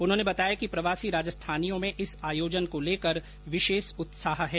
उन्होने बताया कि प्रवासी राजस्थानियों में इस आयोजन को लेकर विशेष उत्साह है